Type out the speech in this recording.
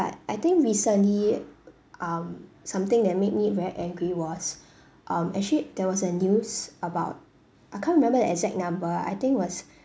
but I think recently um something that made me very angry was um actually there was a news about I can't remember the exact number I think was